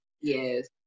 Yes